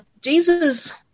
Jesus